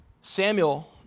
Samuel